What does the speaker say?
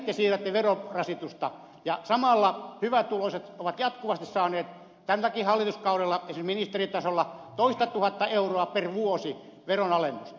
sinne te siirrätte verorasitusta ja samalla hyvätuloiset ovat jatkuvasti saaneet tälläkin hallituskaudella esimerkiksi ministeritasolla toistatuhatta euroa per vuosi veronalennusta